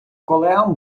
колегам